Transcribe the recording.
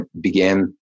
began